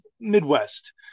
Midwest